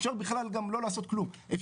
אפשר בכלל גם לא לעשות כלום,